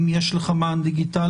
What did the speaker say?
אם יש לך מען דיגיטלי,